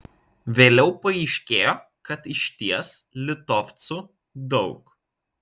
vėliau paaiškėjo kad išties litovcų daug